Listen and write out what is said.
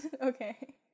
Okay